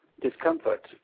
discomfort